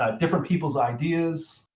ah different people's ideas,